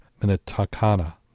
Minnetonka